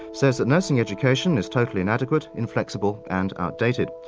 says that nursing education is totally inadequate, inflexible, and outdated.